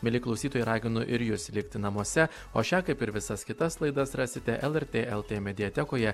mieli klausytojai raginu ir jus likti namuose o šią kaip ir visas kitas laidas rasite lrt lt mediatekoje